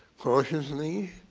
cautiously,